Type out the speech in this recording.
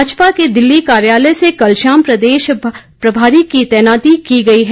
भाजपा के दिल्ली कार्यालय से कल शाम प्रदेश प्रभारी की तैनाती की है